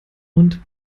und